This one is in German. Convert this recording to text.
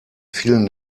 vielen